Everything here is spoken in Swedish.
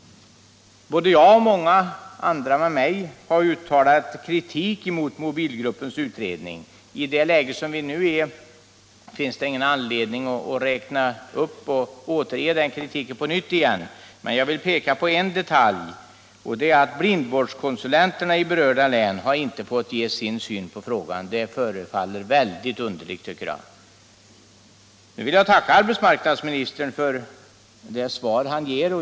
Jag och många med mig har uttalat kritik mot mobilgruppens utredning. I det läge som vi nu är i finns det ingen anledning att återge den kritiken på nytt, men jag vill peka på en detalj, och det är att blindvårdskonsulenterna i det berörda länet inte har fått ge sin syn på frågan. Det förefaller utomordentligt underligt. Nu vill jag tacka arbetsmarknadsministern för det svar som han ger.